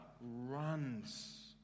runs